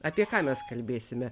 apie ką mes kalbėsime